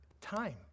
Time